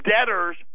Debtors